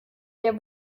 der